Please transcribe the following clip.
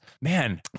Man